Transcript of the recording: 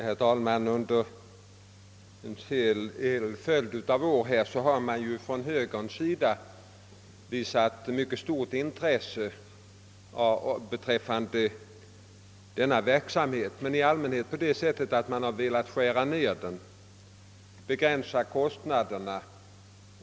Herr talman! Högern har under en följd av år visat ett mycket stort intresse för den verksamhet det här gäller, men intresset har i allmänhet inriktats på att skära ned verksamhetens. omfattning och begränsa kostnaderna.